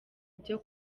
byo